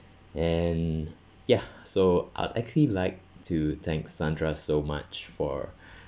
and ya so I'd actually like to thank sandra so much for